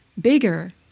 bigger